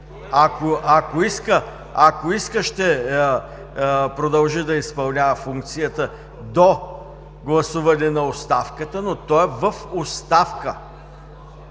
Ако иска, ще продължи да изпълнява функцията до гласуване на оставката, но той е в оставка.